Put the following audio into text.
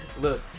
look